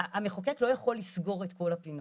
המחוקק לא יכול לסגור את כל הדיון,